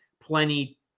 plenty